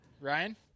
Ryan